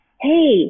hey